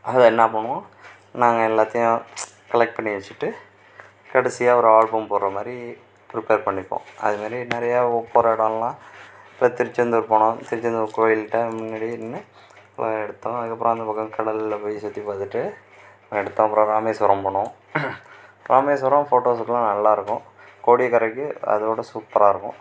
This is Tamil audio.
அதை என்ன பண்ணுவோம் நாங்கள் எல்லாத்தையும் கலெக்ட் பண்ணி வச்சுட்டு கடைசியாக ஒரு ஆல்பம் போடுகிற மாதிரி பிரிப்பேர் பண்ணிப்போம் அதேமாதிரி நிறையா போகிற இடமெல்லாம் இப்போ திருச்செந்தூர் போனோம் திருச்செந்தூர் கோவில் கிட்டே முன்னாடி நின்று எடுத்தோம் அதுக்கப்புறம் அந்த பக்கம் கடலில் போய் சுற்றி பார்த்துட்டு எடுத்தோம் அப்புறம் ராமேஸ்வரம் போனோம் ராமேஸ்வரம் ஃபோட்டோஸ் எல்லாம் நல்லாயிருக்கும் கோடியக்கரைக்கு அதை விட சூப்பராயிருக்கும்